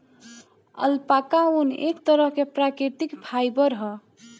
alpaca ऊन, एक तरह के प्राकृतिक फाइबर ह